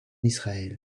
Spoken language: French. israël